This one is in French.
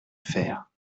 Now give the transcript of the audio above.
faire